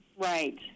Right